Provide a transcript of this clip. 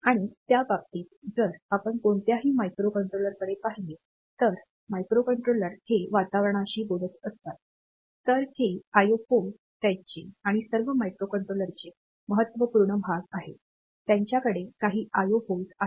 आणि त्या बाबतीत जर आपण कोणत्याही मायक्रोकंट्रोलरकडे पहिले तर मायक्रोकंट्रोलर हे वातावरणाशी बोलत असतात तर हे आयओ पोर्ट त्यांचे आणि सर्व मायक्रोकंट्रोलरचे महत्त्वपूर्ण भाग आहेत त्यांच्याकडे काही आयओ पोर्ट आहेत